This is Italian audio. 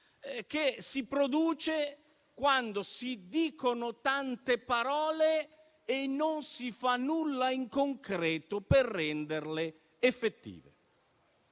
che si produce quando si dicono tante parole e non si fa nulla in concreto per renderle effettive.